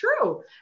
true